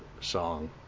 song